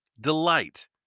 delight